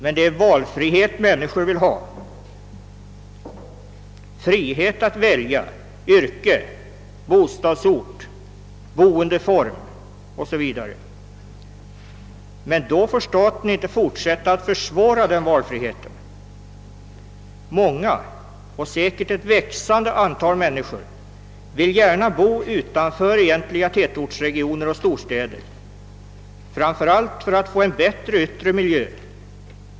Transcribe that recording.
Men det är valfrihet människor vill ha, frihet att välja yrke, bostadsort, boendeform 0. s. v. Staten får inte fortsätta att omöjliggöra en sådan valfrihet. Många — säkert ett växande antal människor — vill gärna bo utanför egentliga tätortsregioner och storstäder, framför allt för att få en bättre yttre miljö.